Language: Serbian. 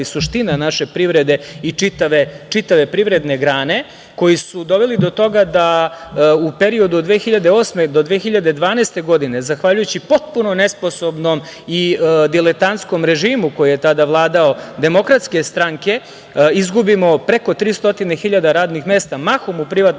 suština naše privrede i čitave privredne grane. Oni su doveli do toga da u periodu od 2008. do 2012. godine, zahvaljujući potpuno nesposobnom i diletantskom režimu koji je tada vladao Demokratske stranke, izgubimo preko 300.000 radnih mesta, mahom u privatnom